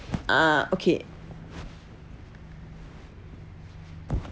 ah okay